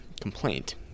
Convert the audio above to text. complaint